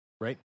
Right